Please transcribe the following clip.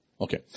Okay